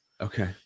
Okay